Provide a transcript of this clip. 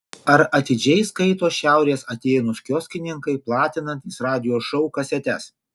ar atidžiai skaito šiaurės atėnus kioskininkai platinantys radijo šou kasetes